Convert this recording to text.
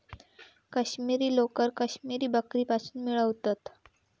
काश्मिरी लोकर काश्मिरी बकरीपासुन मिळवतत